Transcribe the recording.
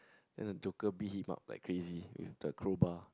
then the Joker beat him up like crazy with the crowbar